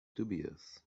dubious